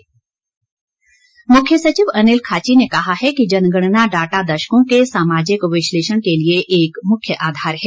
मुख्य सचिव मुख्य सचिव अनिल खाची ने कहा है कि जनगणना डाटा दशकों के सामाजिक विश्लेषण के लिए एक मुख्य आधार है